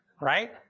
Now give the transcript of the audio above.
right